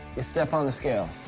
you step on the scale.